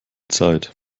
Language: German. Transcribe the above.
zeit